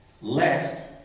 Lest